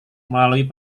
melalui